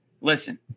listen